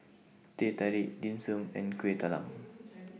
Teh Tarik Dim Sum and Kueh Talam